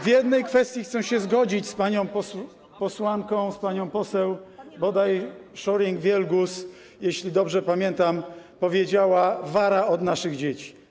W jednej kwestii chcę się zgodzić z panią posłanką, z panią poseł bodaj Scheuring-Wielgus, jeśli dobrze pamiętam, która powiedziała: wara od naszych dzieci.